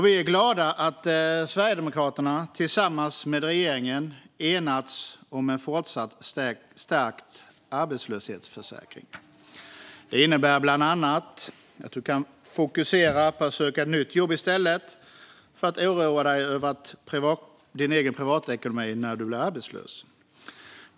Vi är glada för att Sverigedemokraterna tillsammans med regeringen har enats om en fortsatt stärkt arbetslöshetsförsäkring. Det innebär bland annat att man kan fokusera på att söka nytt jobb i stället för att oroa sig över sin privatekonomi när man blir arbetslös.